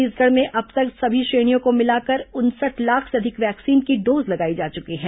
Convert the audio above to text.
छत्तीसगढ़ में अब तक सभी श्रेणियों को मिलाकर उनसठ लाख से अधिक वैक्सीन की डोज लगाई जा चुकी है